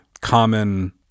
common